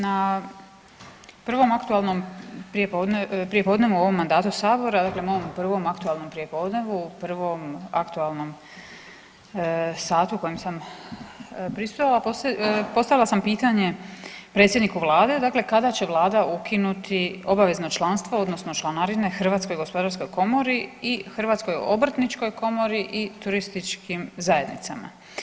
Na prvom aktualnom prijepodnevu u ovom mandatu Sabora, dakle mom prvom aktualnom prijepodnevu, prvom aktualnom satu kojem sam prisustvovala, postavila sam pitanje predsjedniku Vlade, dakle kada će Vlada ukinuti obavezno članstvo, odnosno članarine HGK i Hrvatskoj obrtničkoj komori i turističkim zajednicama.